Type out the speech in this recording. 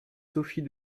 sophie